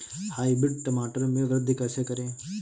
Hybrid टमाटर में वृद्धि कैसे करें?